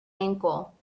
ankle